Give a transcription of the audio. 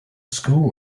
school